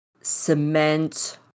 cement